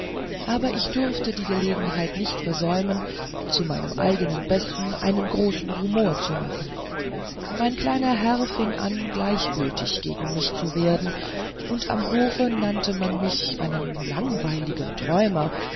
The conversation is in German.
aber ich durfte die gelegenheit nicht versäumen zu meinem eigenen besten einen großen rumor zu machen mein kleiner herr fing an gleichgültig gegen mich zu werden und am hofe nannte man mich einen langweiligen träumer